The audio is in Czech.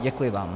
Děkuji vám.